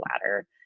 ladder